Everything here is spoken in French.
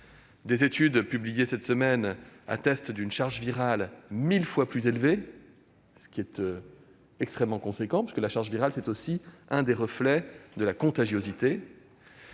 des études publiées cette semaine attestent une charge virale mille fois plus élevée, ce qui est extrêmement important, dans la mesure où la charge virale est un des reflets de la contagiosité.